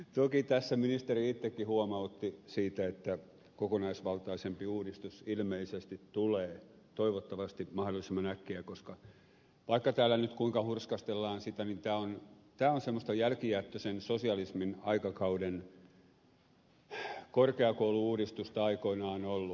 toki tässä ministeri itsekin huomautti siitä että kokonaisvaltaisempi uudistus ilmeisesti tulee toivottavasti mahdollisimman äkkiä koska vaikka täällä nyt kuinka hurskastellaan sitä niin tämä on semmoista jälkijättöisen sosialismin aikakauden korkeakoulu uudistusta aikoinaan ollut